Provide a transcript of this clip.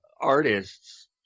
artists